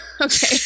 Okay